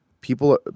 people